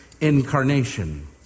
incarnation